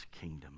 kingdom